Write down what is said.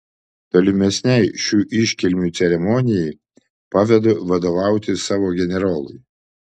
tolimesnei šių iškilmių ceremonijai pavedu vadovauti savo generolui